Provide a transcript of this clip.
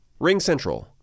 RingCentral